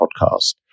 podcast